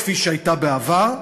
כפי שהייתה בעבר,